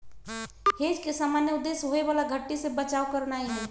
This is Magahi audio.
हेज के सामान्य उद्देश्य होयबला घट्टी से बचाव करनाइ हइ